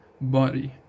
body